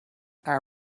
our